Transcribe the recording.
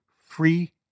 free